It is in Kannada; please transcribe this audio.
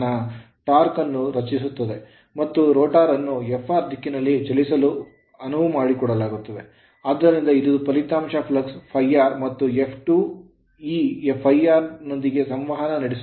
torque ಟಾರ್ಕ್ ಅನ್ನು ರಚಿಸುತ್ತದೆ ಮತ್ತು rotor ರೋಟರ್ ಅನ್ನು Fr ದಿಕ್ಕಿನಲ್ಲಿ ಚಲಿಸಲು ಒಲವು ತೋರುತ್ತದೆ ಆದ್ದರಿಂದ ಇದು ಫಲಿತಾಂಶದ ಫ್ಲಕ್ಸ್ ∅r ಮತ್ತು F2 ಈ ∅r ನೊಂದಿಗೆ ಸಂವಹನ ನಡೆಸುತ್ತದೆ